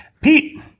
Pete